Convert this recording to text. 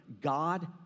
God